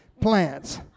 plants